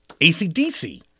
ACDC